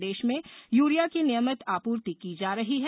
प्रदेश में यूरिया की नियमित आपूर्ति की जा रही है